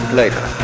later